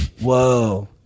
Whoa